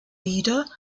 wieder